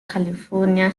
california